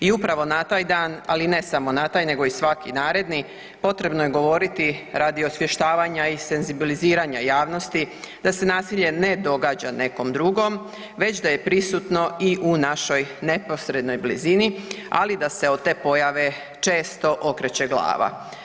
I upravo na taj dan, ali ne samo na taj nego i svaki naredni potrebno je govoriti radi osvještavanja i senzibiliziranja javnosti da se nasilje ne događa nekom drugom već da je prisutno i u našoj neposrednoj blizini, ali da se od te pojave često okreće glava.